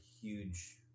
huge